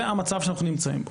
זה המצב שאנחנו נמצאים בו.